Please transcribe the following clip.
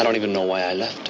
i don't even know why i left